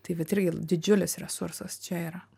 tai vat irgi didžiulis resursas čia yra